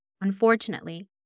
unfortunately